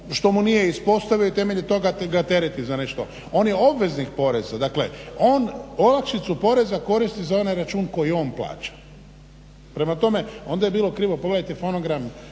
što mu nije ispostavio i temeljem toga ga tereti za nešto. On je obveznik poreza. Dakle, on olakšicu poreza koristi za onaj račun koji on plaća. Prema tome onda je bilo krivo, pogledajte fonogram